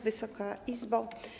Wysoka Izbo!